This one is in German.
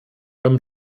beim